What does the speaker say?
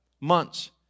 months